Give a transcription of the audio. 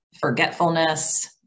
forgetfulness